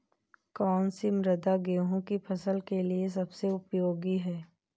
कौन सी मृदा गेहूँ की फसल के लिए सबसे उपयोगी है?